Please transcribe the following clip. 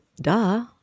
Duh